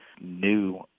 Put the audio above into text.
new